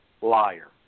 liar